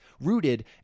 rooted